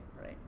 right